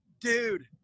dude